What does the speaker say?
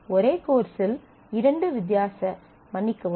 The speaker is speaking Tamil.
ஒரே கோர்ஸில் இரண்டு வித்தியாச மன்னிக்கவும்